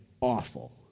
awful